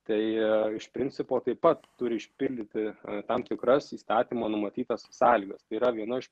tai iš principo taip pat turi išpildyti tam tikras įstatymo numatytas sąlygas tai yra viena iš